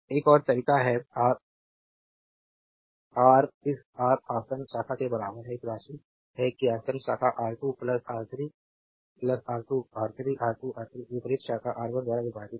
एक और तरीका है आर रा रा इस आर आसन्न शाखा के बराबर है इस राशि है कि आसन्न शाखा R2 plus R3 plus R2 R3 R2 R3 इस विपरीत शाखा R1 द्वारा विभाजित है